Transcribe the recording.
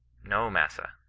no, massa,